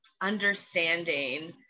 understanding